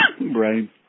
Right